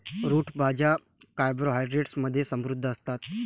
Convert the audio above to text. route भाज्या carbohydrates मध्ये समृद्ध असतात